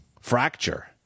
fracture